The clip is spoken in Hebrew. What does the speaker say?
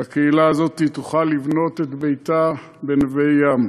והקהילה הזאת תוכל לבנות את ביתה בנווה-ים.